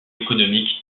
économique